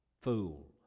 fool